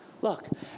Look